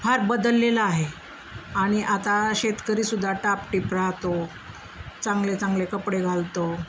फार बदललेलं आहे आणि आता शेतकरीसुद्धा टापटिप राहतो चांगले चांगले कपडे घालतो